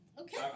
Okay